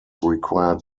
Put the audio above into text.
required